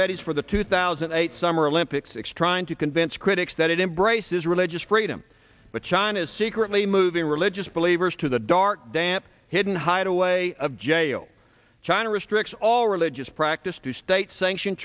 readies for the two thousand and eight summer olympics trying to convince critics that it embrace is religious freedom but china is secretly moving religious believers to the dark damp hidden hideaway of jail china restricts all religious practice to state sanctioned